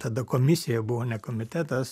tada komisija buvo ne komitetas